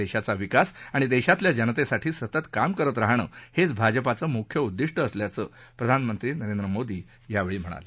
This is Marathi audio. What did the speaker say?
देशाचा विकास आणि देशातल्या जनतेसाठी सतत काम करत राहण हेच भाजपाचं मुख्य उद्दिष्ट असल्याचं प्रधानमंत्री नरेंद्र मोदी यांनी यावेळी म्हणाले